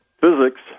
physics